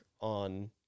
on